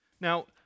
Now